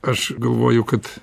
aš galvoju kad